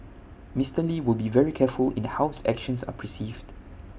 Mister lee will be very careful in how his actions are perceived